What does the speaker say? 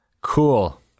Cool